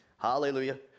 Hallelujah